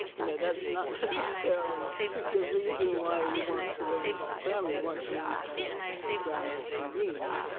you know that's not necessarily the reason why you want to learn about grammar you want to learn about grammar, for me,